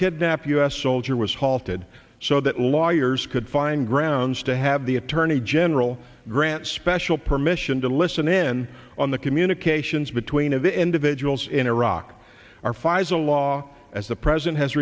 kidnapped u s soldier was halted so that lawyers could find grounds to have the attorney general grant special permission to listen in on the communications between of the individuals in iraq are five a law as the president has